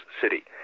city